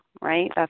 right